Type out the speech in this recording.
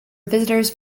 visitors